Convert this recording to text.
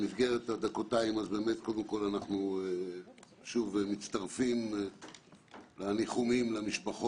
במסגרת הזמן המועט אז קודם כל אני מצטרף לניחומים למשפחות